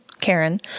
Karen